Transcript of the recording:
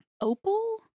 opal